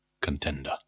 contender